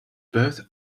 both